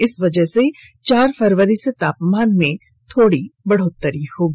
इस वजह से चार फरवरी से तापमान में थोड़ी बढ़ोतरी होगी